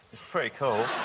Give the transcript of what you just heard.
it's pretty cool.